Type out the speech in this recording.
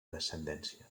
descendència